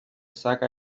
saca